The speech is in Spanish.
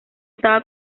estaba